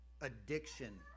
addiction